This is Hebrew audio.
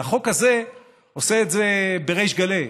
והחוק הזה עושה את זה בריש גלי,